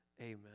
amen